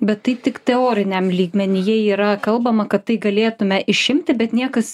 bet tai tik teoriniam lygmenyje yra kalbama kad tai galėtume išimti bet niekas